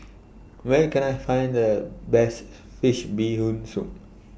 Where Can I Find The Best Fish Bee Hoon Soup